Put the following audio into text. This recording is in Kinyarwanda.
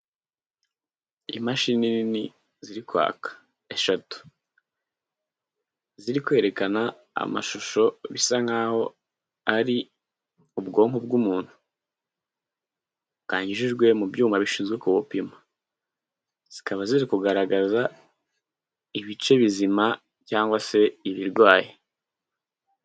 Imashini nini ziri kwaka eshatu, ziri kwerekana amashusho bisa nk'aho ari ubwonko bw'umuntu bwayujijwe mu byuma bishinzwe kubupima, zikaba ziri kugaragaza ibice bizima cyangwa se ibirwaye.